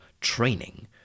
training